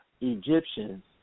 Egyptians